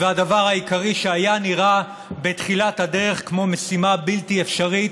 והדבר העיקרי שהיה נראה בתחילת הדרך כמו משימה בלתי אפשרית,